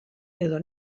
edo